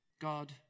God